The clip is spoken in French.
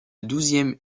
douzième